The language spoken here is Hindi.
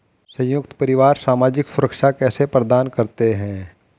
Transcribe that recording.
संयुक्त परिवार सामाजिक सुरक्षा कैसे प्रदान करते हैं?